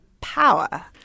power